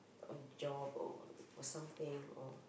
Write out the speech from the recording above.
a job or for something or